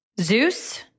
Zeus